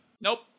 Nope